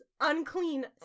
unclean